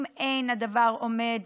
אם אין הדבר עומד